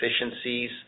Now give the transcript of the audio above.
efficiencies